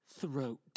throat